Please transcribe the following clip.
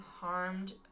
harmed